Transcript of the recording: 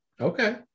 okay